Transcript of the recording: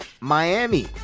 Miami